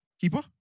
Keeper